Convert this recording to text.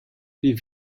wie